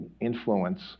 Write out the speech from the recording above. influence